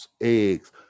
eggs